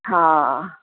हा